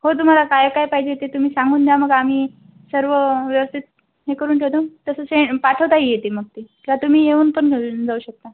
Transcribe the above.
हो तुम्हाला काय काय पाहिजे ते तुम्ही सांगून द्या मग आम्ही सर्व व्यवस्थित हे करून ठेवतो तसं ते पाठवताही येते मग ते तर तुम्ही येऊन पण घेऊन जाऊ शकता